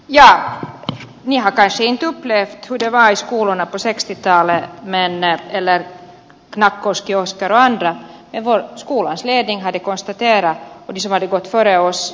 jaa niin haka esiintyy lee tunteva iskulla toiseksi täällä mennä ellen nahkosti on steroanda perussuomalaisia jotka ovat tässä perussuomalaisten linjoilla